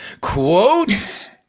quotes